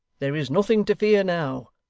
there is nothing to fear now.